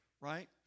right